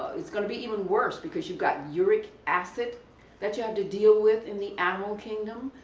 it's going to be even worse because you've got uric acid that you have to deal with in the animal kingdom.